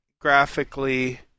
graphically